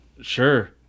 Sure